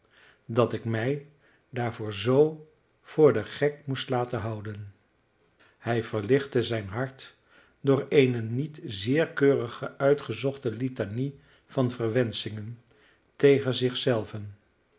dat ik mij daarvoor zoo voor den gek moest laten houden hij verlichtte zijn hart door eene niet zeer keurig uitgezochte litanie van verwenschingen tegen zich zelven